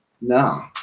No